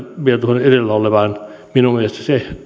vielä tuohon edellä olevaan minun mielestäni se